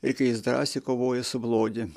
ir ka jis drąsiai kovoja su blogiu